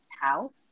house